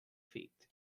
fit